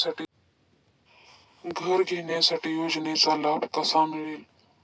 घर घेण्यासाठी योजनेचा लाभ कसा मिळेल?